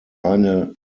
eine